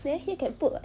neh here can put [what]